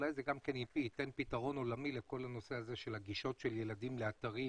אולי זה גם ייתן פתרון עולמי לנושא של הגישות של ילדים לאתרים